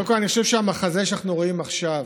קודם כול, אני חושב שהמחזה שאנחנו רואים עכשיו,